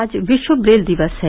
आज विश्व ब्रेल दिवस है